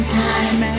time